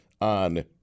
on